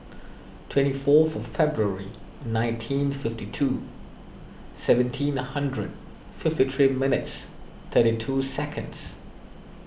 twenty fourth of February nineteen eighty two seventeen hundred fifty three minutes thirty two seconds